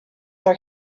are